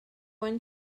one